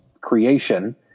creation